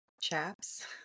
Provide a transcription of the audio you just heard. chaps